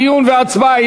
דיון והצבעה.